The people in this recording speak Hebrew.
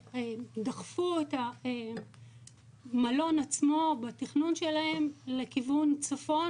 שדחפו את המלון עצמו בתכנון שלהם לכיוון צפון,